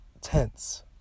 tense